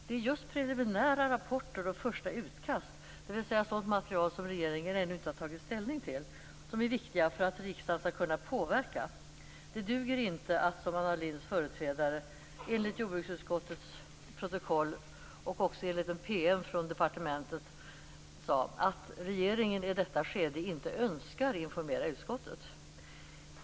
Det är just preliminära rapporter och första utkast, dvs. sådant material som regeringen ännu inte har tagit ställning till, som är viktiga för att riksdagen skall kunna påverka. Det duger inte, som Anna Lindhs företrädare enligt jordbruksutskottets protokoll och även enligt en PM från departementet sade, att regeringen i detta skede inte önskar informera utskottet.